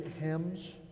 hymns